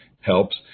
helps